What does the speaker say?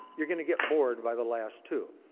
you're going to get bored by the last two.